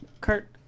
Kurt